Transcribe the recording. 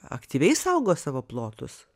aktyviai saugo savo plotus